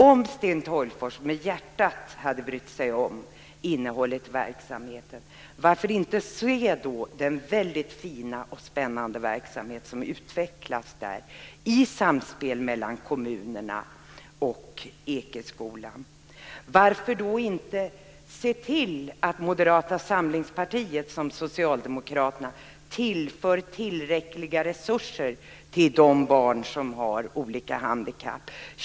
Om Sten Tolgfors med hjärtat brydde sig om innehållet i verksamheten, varför då inte se den väldigt fina och spännande verksamhet som utvecklats där i samspel mellan kommunerna och Ekeskolan? Och varför då inte se till att Moderata samlingspartiet, precis som Socialdemokraterna gör, tillför tillräckliga resurser till de barn som har olika handikapp?